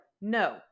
No